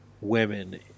women